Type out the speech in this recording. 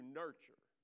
nurture